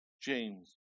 James